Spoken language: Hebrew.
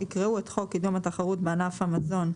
יקראו את חוק קידום התחרות בענף המזון,